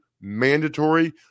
mandatory